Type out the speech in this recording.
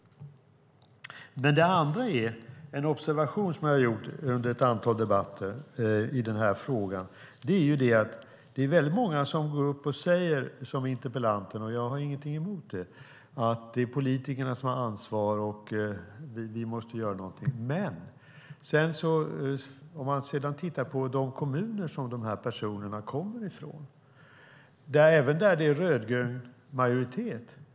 Det andra är en observation som jag har gjort under ett antal debatter i denna fråga. Det är att väldigt många går upp och säger, som interpellanten - och jag har ingenting emot det - att det är politikerna som har ansvar och att vi måste göra någonting. Men om man sedan tittar på de kommuner som dessa personer kommer ifrån ser man att det även är kommuner med rödgrön majoritet.